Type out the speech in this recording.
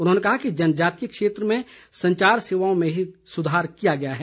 उन्होंने कहा कि जनजातीय क्षेत्रों में संचार सेवाओं में भी सुधार किया गया है